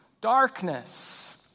darkness